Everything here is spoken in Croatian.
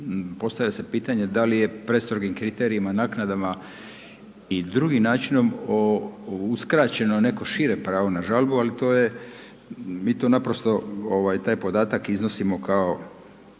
postavlja se pitanje da li je prestrogim kriterijima, naknadama i drugim načinom uskraćeno neko šire pravo na žalbu ali to je, mi to naprosto, taj podatak iznosimo kao